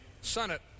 Senate